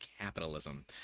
capitalism